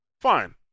fine